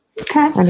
Okay